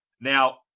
Now